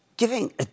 Giving